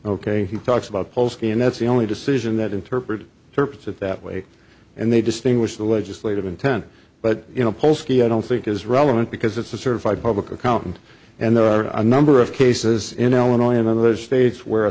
ok he talks about polls and that's the only decision that interpreted tirpitz it that way and they distinguish the legislative intent but you know polsky i don't think is relevant because it's a certified public accountant and there are a number of cases in illinois and other states where a